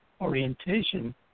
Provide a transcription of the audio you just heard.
orientation